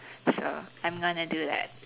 so I am gonna do that